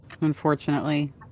unfortunately